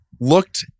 looked